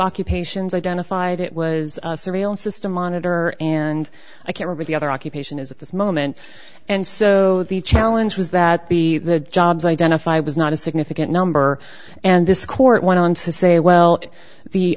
occupations identified it was a surveillance system monitor and i care about the other occupation as at this moment and so the challenge was that the the jobs identify was not a significant number and this court went on to say well the